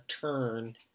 turn